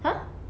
!huh!